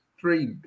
three